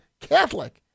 Catholic